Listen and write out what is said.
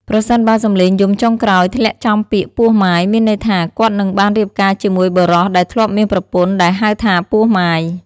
ប្រសិនបើសំឡេងយំចុងក្រោយធ្លាក់ចំពាក្យ ពោះម៉ាយ មានន័យថាគាត់នឹងបានរៀបការជាមួយបុរសដែលធ្លាប់មានប្រពន្ធដែលហៅថា ពោះម៉ាយ ។